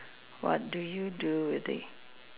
what do you do with it